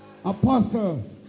apostle